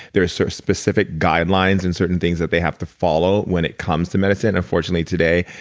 there's certain specific guidelines and certain things that they have to follow when it comes to medicine. unfortunately today,